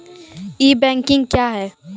ई banking क्या हैं?